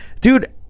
Dude